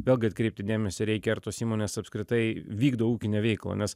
vėlgi atkreipti dėmesį reikia ar tos įmonės apskritai vykdo ūkinę veiklą nes